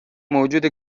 موجود